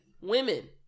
women